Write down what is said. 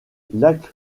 lac